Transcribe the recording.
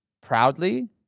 proudly